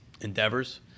endeavors